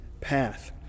path